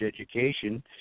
education